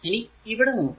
ഇനി ഇവിടെ നോക്കുക